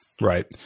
Right